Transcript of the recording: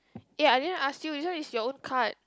eh I didn't ask you this one is your own card